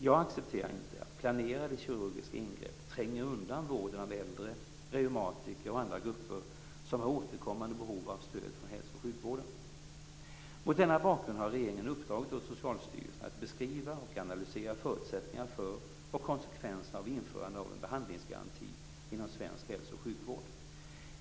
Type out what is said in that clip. Jag accepterar inte att planerade kirurgiska ingrepp tränger undan vården av äldre, reumatiker och andra grupper som har återkommande behov av stöd från hälso och sjukvården. Mot denna bakgrund har regeringen uppdragit åt Socialstyrelsen att beskriva och analysera förutsättningarna för och konsekvenserna av införandet av en behandlingsgaranti inom svensk hälso och sjukvård.